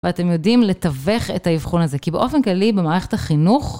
ואתם יודעים לתווך את האבחון הזה, כי באופן כללי במערכת החינוך...